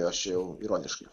aš jau ironiškai